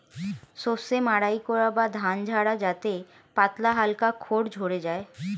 শস্য মাড়াই করা বা ধান ঝাড়া যাতে পাতলা হালকা খড় ঝড়ে যায়